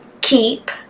keep